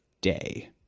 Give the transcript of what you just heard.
day